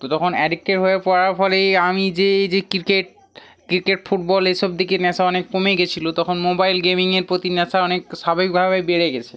তো তখন অ্যাডিক্টেড হয়ে পড়ার ফলেই আমি যে এই যে ক্রিকেট ক্রিকেট ফুটবল এসব দিকে নেশা অনেক কমে গেছিলো তখন মোবাইল গেমিংয়ের প্রতি নেশা অনেক স্বাভাবিকভাবেই বেড়ে গেছে